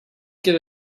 give